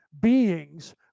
beings